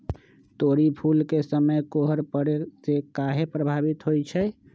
तोरी फुल के समय कोहर पड़ने से काहे पभवित होई छई?